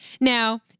Now